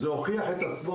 זה הוכיח את עצמו